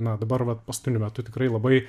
na dabar vat paskutiniu metu tikrai labai